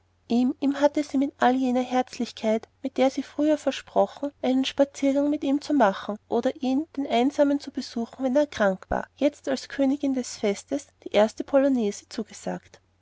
hatte sie mit all jener herzlichkeit mit der sie früher versprochen einen spaziergang mit ihm zu machen oder ihn den einsamen zu besuchen wenn er krank war jetzt als königin des festes die erste polonäse zugesagt